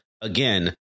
again